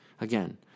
again